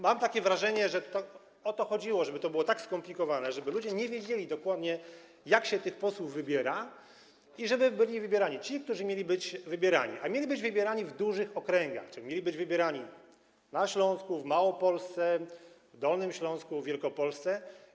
Mam takie wrażenie, że o to chodziło, żeby to było tak skomplikowane, żeby ludzie nie wiedzieli dokładnie, jak się tych posłów wybiera, i żeby byli wybierani ci, którzy mieli być wybierani, a mieli być wybierani w dużych okręgach, czyli mieli być wybierani na Śląsku, w Małopolsce, na Dolnym Śląsku, w Wielkopolsce.